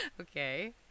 Okay